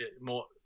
more